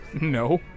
No